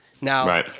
Now